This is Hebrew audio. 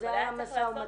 זה היה משא ומתן.